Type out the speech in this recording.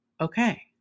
okay